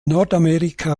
nordamerika